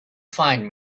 find